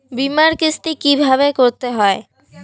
বিমার কিস্তি কিভাবে করতে হয়?